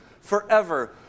forever